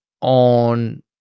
on